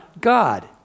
God